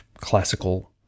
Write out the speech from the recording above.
classical